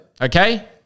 Okay